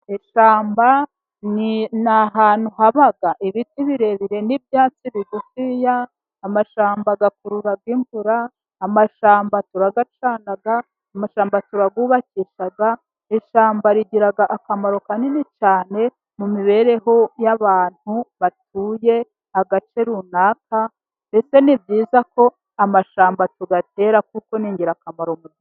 Ishyamba na ahantutu haba ibiti birebire n'ibyatsi bigufi, amashyamba akurura imvura, amashyamba turayacana, amashyamba turayubakisha, ishyamba rigira akamaro kanini cyane mu mibereho y'abantu batuye agace runaka, mbese ni byiza ko amashyamba tuyatera kuko ni ingirakamaro mubuzimz.